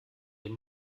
dem